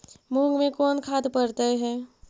मुंग मे कोन खाद पड़तै है?